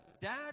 Dad